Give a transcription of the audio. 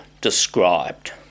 described